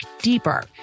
deeper